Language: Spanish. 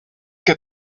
que